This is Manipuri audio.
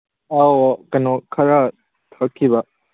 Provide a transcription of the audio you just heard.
ꯑꯧ ꯀꯩꯅꯣ ꯈꯔ ꯊꯛꯈꯤꯕ